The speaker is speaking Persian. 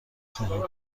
خواهم